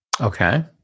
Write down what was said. Okay